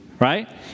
Right